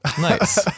Nice